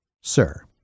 sir